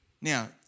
Now